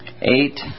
eight